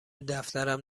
دفترم